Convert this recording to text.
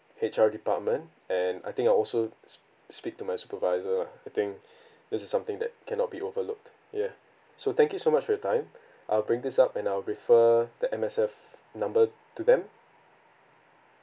H_R department and I think I'll also sp~ speak to my supervisor ah I think this is something that cannot be overlooked yeah so thank you so much for your time I'll bring this up and I'll refer the M_S_F number to them